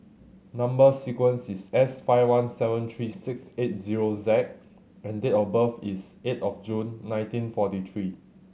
number sequence is S five one seven three six eight zero Z and date of birth is eight of June nineteen forty three